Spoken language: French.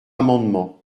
amendement